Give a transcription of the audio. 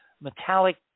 metallic